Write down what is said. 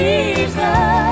Jesus